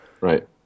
Right